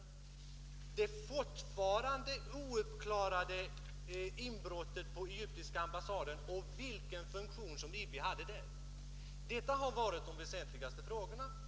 Vilken funktion har IB haft vid det fortfarande ouppklarade inbrottet på egyptiska ambassaden? Detta har varit de väsentligaste frågorna.